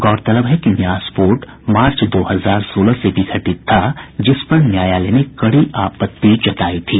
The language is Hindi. गौरतलब है कि न्यास बोर्ड मार्च दो हजार सोलह से विघटित था जिस पर न्यायालय ने कड़ी आपत्ति जतायी थी